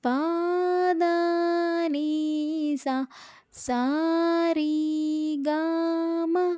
పాదానీసా సారీగామ